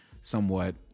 Somewhat